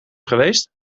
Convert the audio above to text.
geweest